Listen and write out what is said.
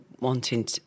wanting